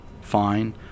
Fine